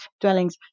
dwellings